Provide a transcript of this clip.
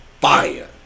fire